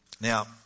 Now